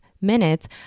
minutes